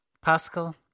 Pascal